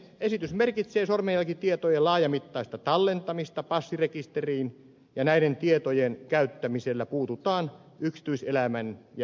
esitys merkitsee sormenjälkitietojen laajamittaista tallentamista passirekisteriin ja näiden tietojen käyttämisellä puututaan yksityiselämän ja henkilötietojen suojaan